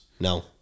No